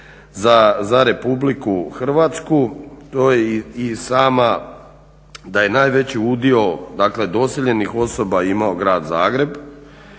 za RH, to i sama da je najveći udio doseljenih osoba imao grad Zagreb